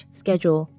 schedule